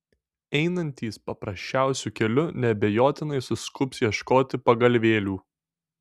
einantys paprasčiausiu keliu neabejotinai suskubs ieškoti pagalvėlių